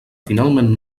finalment